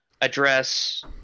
address